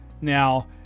Now